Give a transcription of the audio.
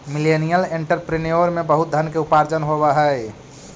millennial entrepreneur में बहुत धन के उपार्जन होवऽ हई